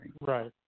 Right